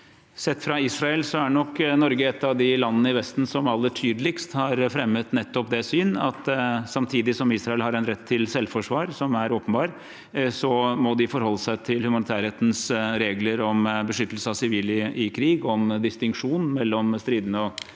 sett fra Israel er nok Norge et av de landene i Vesten som aller tydeligst har fremmet nettopp det syn at samtidig som Israel har en rett til selvforsvar – som er åpenbar – må de forholde seg til humanitærrettens regler om beskyttelse av sivile i krig, om distinksjon mellom stridende og